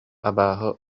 абааһы